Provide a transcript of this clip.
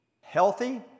healthy